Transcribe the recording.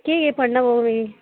केह् केह् पढ़ना पौग मिगी